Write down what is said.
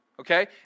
okay